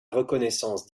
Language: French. reconnaissance